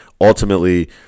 ultimately